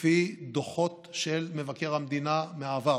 לפי דוחות של מבקר המדינה מהעבר.